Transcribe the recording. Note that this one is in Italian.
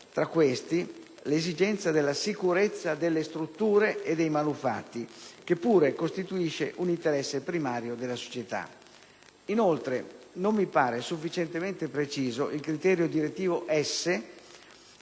tra questi l'esigenza della sicurezza delle strutture e dei manufatti, che pure costituisce un interesse primario della società. Inoltre, non mi pare sufficientemente preciso il criterio direttivo